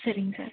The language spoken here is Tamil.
சரிங்க சார்